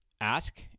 Ask